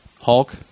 Hulk